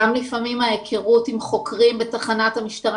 גם לפעמים ההיכרות עם חוקרים בתחנת המשטרה